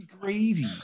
Gravy